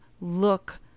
look